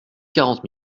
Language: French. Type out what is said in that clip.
quarante